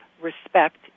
respect